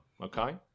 okay